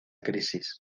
crisis